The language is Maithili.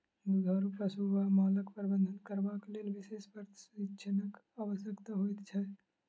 दुधारू पशु वा मालक प्रबंधन करबाक लेल विशेष प्रशिक्षणक आवश्यकता होइत छै